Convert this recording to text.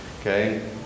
Okay